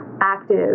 active